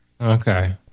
Okay